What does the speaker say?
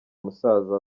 musaza